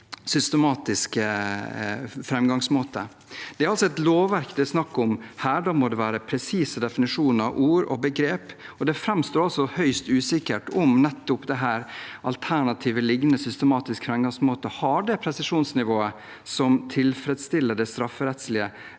systematisk framgangsmåte. Det er altså et lovverk det er snakk om her. Da må det være presise definisjoner, ord og begreper, og det framstår altså høyst usikkert om nettopp dette alternativet, «lignende systematiske fremgangsmåter», har det presisjonsnivået som tilfredsstiller det strafferettslige